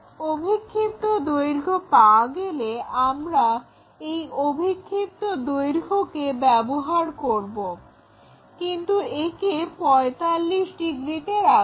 অভিক্ষিপ্ত দৈর্ঘ্যকে পাওয়া গেলে আমরা এই অভিক্ষিপ্ত দৈর্ঘ্যকে ব্যবহার করব কিন্তু একে 45 ডিগ্রিতে রাখবো